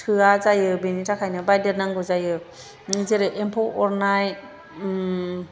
थोआ जायो बेनि थाखायनो बायदेरनांगौ जायो जेरै एम्फौ अरनाय